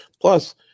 Plus